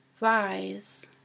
rise